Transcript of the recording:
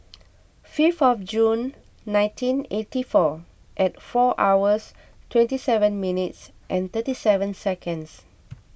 fifth of June nineteen eighty four and four hours twenty seven minutes and thirty seven seconds